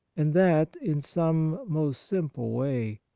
and that in some most simple way,